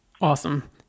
Awesome